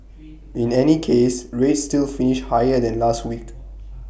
in any case rates still finished higher than last week